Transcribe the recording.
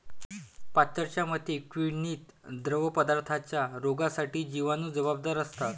पाश्चरच्या मते, किण्वित द्रवपदार्थांच्या रोगांसाठी जिवाणू जबाबदार असतात